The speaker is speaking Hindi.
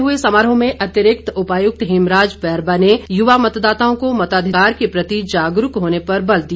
चंबा में हुए समारोह में अतिरिक्त उपायुक्त हेमराज बैरवा ने युवा मतदाताओं को मताधिकार के प्रति जागरूक होने पर बल दिया